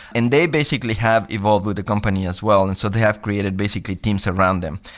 and they basically have evolved with the company as well. and so they have created basically teams around them.